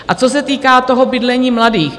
A co se týká bydlení mladých.